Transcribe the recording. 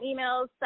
emails